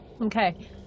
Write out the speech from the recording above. Okay